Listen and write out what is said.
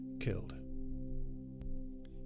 killed